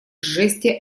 жести